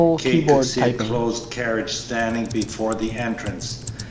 kate could see a closed carriage standing before the entrance,